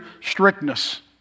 strictness